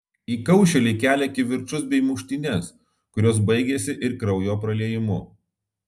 įkaušėliai kelia kivirčus bei muštynes kurios baigiasi ir kraujo praliejimu